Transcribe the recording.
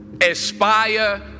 aspire